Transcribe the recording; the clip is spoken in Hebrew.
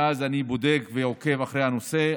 מאז אני בודק ועוקב אחרי הנושא.